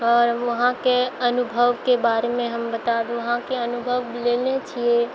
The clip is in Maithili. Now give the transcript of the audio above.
आओर वहाँके अनुभवके बारेमे हम बता दी अहाँके अनुभव लेने छिए